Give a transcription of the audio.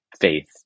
faith